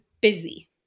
busy